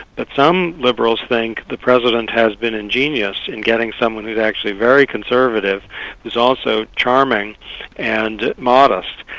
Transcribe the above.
but some liberals think the president has been ingenious in getting someone who's actually very conservative who's also charming and modest,